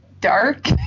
dark